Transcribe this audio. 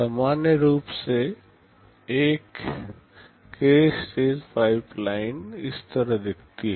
सामान्य रूप से एक के स्टेज पाइपलाइन इस तरह दिखती है